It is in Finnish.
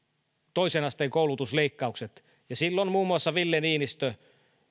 toisen asteen koulutusleikkaukset ja silloin muun muassa ville niinistö